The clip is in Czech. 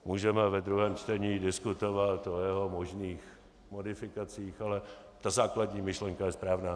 Můžeme ve druhém čtení diskutovat o jeho možných modifikacích, ale ta základní myšlenka je správná.